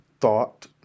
thought